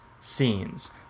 scenes